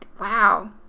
wow